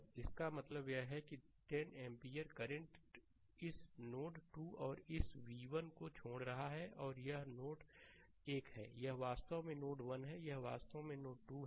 तो इसका मतलब यह है कि यह 10 एम्पीयर करंट इस नोड 2 और इस v1 को छोड़ रहा है और यह नोड 1 है यह वास्तव में नोड 1 है यह वास्तव में नोड 2 है